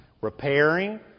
Repairing